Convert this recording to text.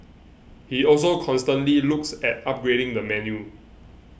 he also constantly looks at upgrading the menu